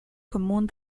común